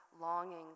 longing